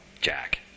Jack